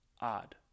odd